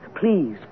Please